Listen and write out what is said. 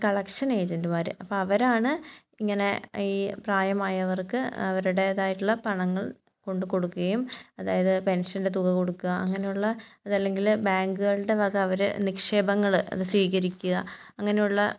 collection ഏജൻറ്മാർ അപ്പം അവരാണ് ഇങ്ങനെ ഈ പ്രായമായവർക്ക് അവരുടേതായിട്ടുള്ള പണങ്ങൾ കൊണ്ട് കൊടുക്കുകയും അതായത് പെൻഷൻ്റെ തുക കൊടുക്കുക അങ്ങനെയുള്ള അത് അല്ലെങ്കിൽ ബാങ്കുകളുടെ വക അവർ നിക്ഷേപങ്ങൾ അത് സ്വീകരിക്കുക അങ്ങനെയുള്ള